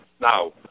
Now